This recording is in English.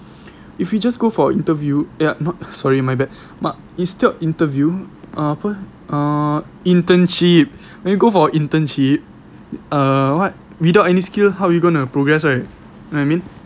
if you just go for interview eh no sorry my bad but instead of interview apa eh uh internship when you go for internship err what without any skill how you gonna progress right know what I mean